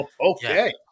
okay